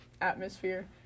atmosphere